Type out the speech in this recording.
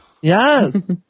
Yes